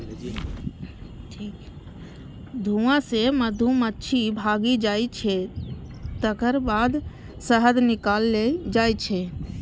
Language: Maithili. धुआं सं मधुमाछी भागि जाइ छै, तकर बाद शहद निकालल जाइ छै